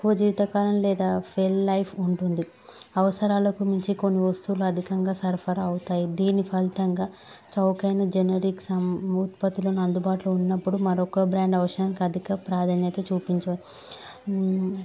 తక్కువ జీవితకాలం లేదా ఫెల్ లైఫ్ ఉంటుంది అవసరాలకు మించి కొన్ని వస్తువులు అధికంగా సరఫరా అవుతాయి దీనిఫలితంగా చౌకైన జనరిక్ సం ఉత్పత్తులోలను అందుబాలో ఉన్నప్పుడు మరొక్క బ్రాండ్ అవసరానికి అధిక ప్రాధాన్యత చూపించారు